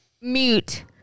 mute